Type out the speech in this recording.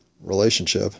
relationship